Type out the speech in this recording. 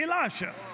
Elisha